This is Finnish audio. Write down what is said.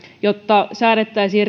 jotta säädettäisiin